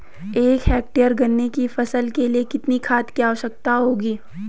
एक हेक्टेयर गन्ने की फसल के लिए कितनी खाद की आवश्यकता होगी?